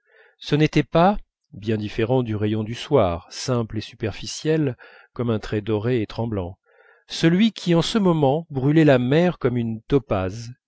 ce n'était pas bien différent du rayon du soir simple et superficiel comme un trait doré et tremblant celui qui en ce moment brûlait la mer comme une topaze